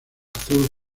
azul